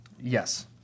Yes